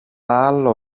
άλλο